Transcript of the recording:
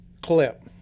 clip